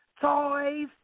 Toys